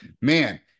Man